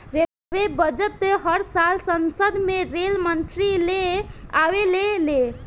railway budget हर साल संसद में रेल मंत्री ले आवेले ले